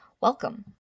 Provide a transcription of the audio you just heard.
welcome